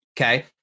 Okay